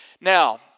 Now